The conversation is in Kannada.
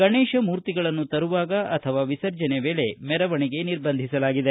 ಗಣೇಶ ಮೂರ್ತಿಗಳನ್ನು ತರುವಾಗ ಅಥವಾ ವಿಸರ್ಜನೆ ವೇಳೆ ಮೆರವಣಿಗೆ ನಿರ್ಬಂಧಿಸಲಾಗಿದೆ